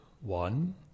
one